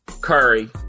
Curry